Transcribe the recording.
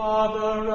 Father